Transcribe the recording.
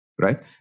right